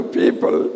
people